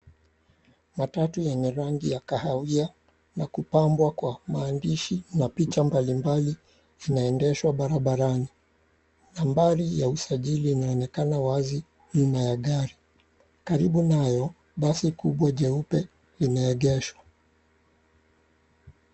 Matatu yenye rangi ya kahawia na kupambwa kwa maandishi na picha mbalimbali inaendeshwa barabarani. Nambari ya usajili inaonekana wazi nyuma ya gari. Karibu nayo, basi kubwa jeupe limeegeshwa.